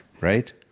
right